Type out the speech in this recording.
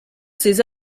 ces